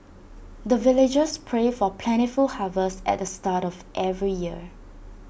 the villagers pray for plentiful harvest at the start of every year